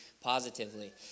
positively